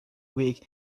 week